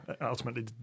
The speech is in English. ultimately